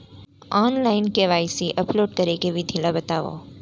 Online KYC upload करे के विधि ला बतावव?